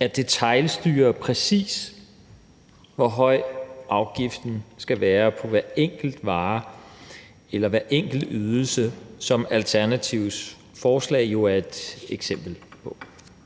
at detailstyre, præcis hvor høj afgiften skal være på hver enkelt vare eller hver enkelt ydelse, som Alternativets forslag jo er et eksempel på.